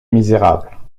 misérables